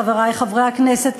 חברי חברי הכנסת,